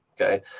Okay